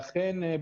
ואכן,